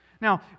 Now